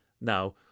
Now